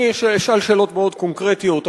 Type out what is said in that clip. אני אשאל שאלות מאוד קונקרטיות.